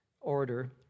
order